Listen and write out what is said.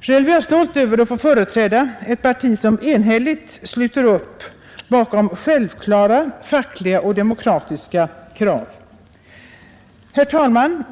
Själv är jag stolt över att få företräda ett parti som enhälligt sluter upp bakom självklara fackliga och demokratiska krav. Herr talman!